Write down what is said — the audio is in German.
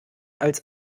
als